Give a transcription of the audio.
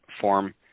form